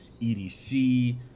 EDC